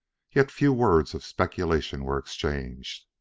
yet few words of speculation were exchanged.